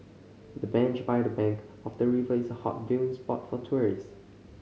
the bench by the bank of the river is a hot view spot for tourist